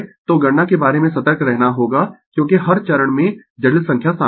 तो गणना के बारे में सतर्क रहना होगा क्योंकि हर चरण में जटिल संख्या शामिल है